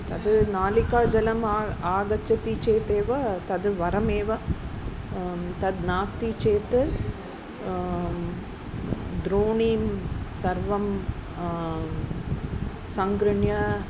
तद् नालिकाजलम् आ आगच्छति चेदेव तद् वरमेव तद् नास्ति चेत् द्रोणीं सर्वं सङ्गृह्य